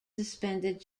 suspended